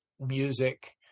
music